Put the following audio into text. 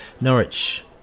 Norwich